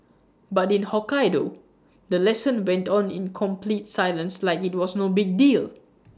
but in Hokkaido the lesson went on in complete silence like IT was no big deal